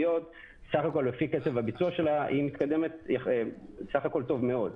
סך הכול לפי קצב הביצוע של התוכנית היא מתקדמת טוב מאוד.